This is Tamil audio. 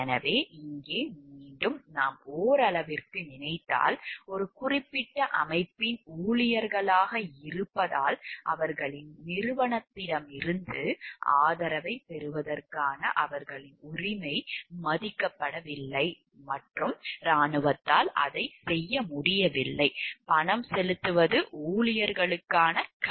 எனவே இங்கே மீண்டும் நாம் ஓரளவிற்கு நினைத்தால் ஒரு குறிப்பிட்ட அமைப்பின் ஊழியர்களாக இருப்பதால் அவர்களின் நிறுவனத்திடமிருந்து ஆதரவைப் பெறுவதற்கான அவர்களின் உரிமை மதிக்கப்படவில்லை மற்றும் இராணுவத்தால் அதைச் செய்ய முடியவில்லை பணம் செலுத்துவது ஊழியர்களுக்கான கடமையாகும்